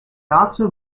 date